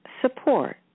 support